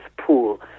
pool